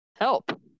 help